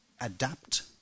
adapt